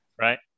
right